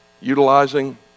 utilizing